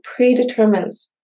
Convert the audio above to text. predetermines